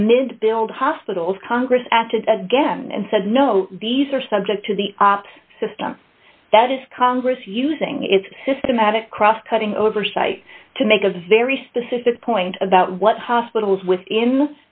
the mid build hospitals congress acted again and said no these are subject to the system that is congress using its systematic cross cutting oversight to make a very specific point about what hospitals within